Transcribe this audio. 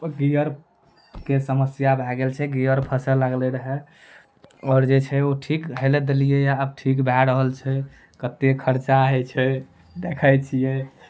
ओ गियरके समस्या भऽ गेल छै गियर फऽसए लागलै रहए आओर जे छै ओ ठीक होइ लए देलियैया आब ठीक भऽ रहल छै कतेक खर्चा होइ छै देखै छियै